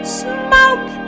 smoke